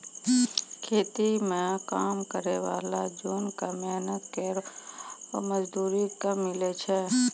खेती म काम करै वाला जोन क मेहनत केरो मजदूरी कम मिलै छै